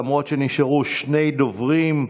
למרות שנשארו שני דוברים,